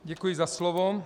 Děkuji za slovo.